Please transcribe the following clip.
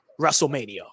WrestleMania